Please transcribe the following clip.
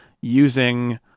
using